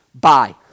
Bye